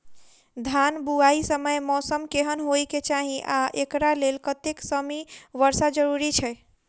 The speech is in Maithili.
धान बुआई समय मौसम केहन होइ केँ चाहि आ एकरा लेल कतेक सँ मी वर्षा जरूरी छै?